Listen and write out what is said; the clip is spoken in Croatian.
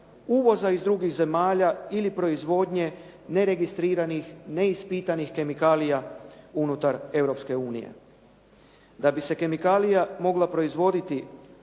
uvoza iz drugih zemalja ili proizvodnje neregistriranih, neispitanih kemikalija unutar Europske unije. Da bi se kemikalija mogla proizvoditi